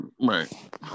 Right